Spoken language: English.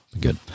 good